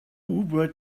were